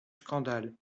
scandale